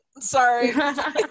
Sorry